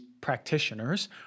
practitioners